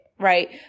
right